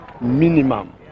minimum